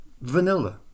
vanilla